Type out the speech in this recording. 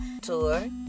Tour